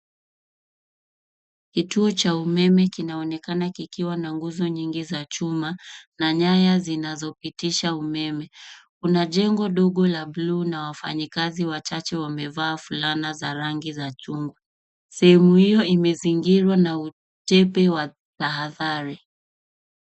Kituo cha umeme kinaoneka kikiwa na nguzo nyingi za chuma na nyaya zinazopitisha umeme. Kuna jengo ndogo la bluu na wafanyikazi wachache wamevaa fulana za rangi za chungwa. Sehemu hiyo imezingirwa wa utepe wa tahadhari.